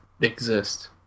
exist